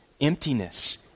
emptiness